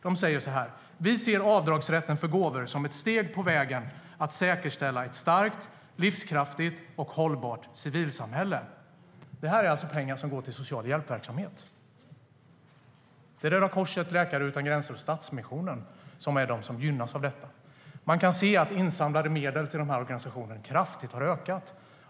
Man skriver: "Vi ser avdragsrätten för gåvor som ett steg på vägen att säkerställa ett starkt, livskraftigt och hållbart civilsamhälle. "Det här är alltså pengar som går till social hjälpverksamhet. Röda Korset, Läkare utan gränser och Stadsmissionen gynnas av detta. Dessa organisationers insamlade medel har ökat kraftigt.